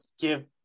give